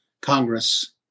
Congress